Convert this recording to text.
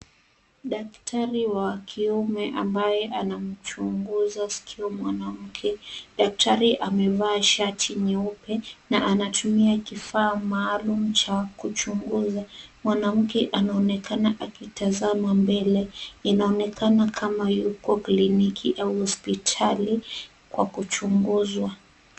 Daktari wa kiume ambaye anamchunguza sikio mwanamke. Daktari amevaa shati nyeupe na anatumia kifaa maalum cha kuchunguza. Mwanamke anaonekana akitazama mbele, inaonekana kama yuko kliniki au hospitali kwa kuchunguzwa.